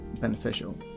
beneficial